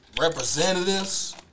representatives